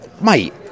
Mate